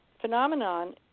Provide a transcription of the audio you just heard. phenomenon